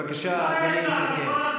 בבקשה, אדוני יסכם.